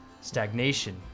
Stagnation